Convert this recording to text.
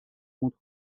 contre